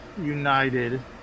United